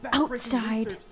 outside